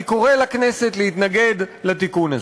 אני קורא לכנסת להתנגד לתיקון הזה.